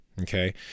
okay